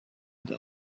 that